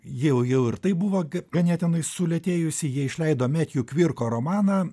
jau jau ir taip buvo ganėtinai sulėtėjusi jie išleido metju kvirko romaną